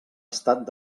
estat